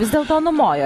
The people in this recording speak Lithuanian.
vis dėlto numoja